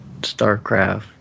Starcraft